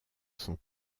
sont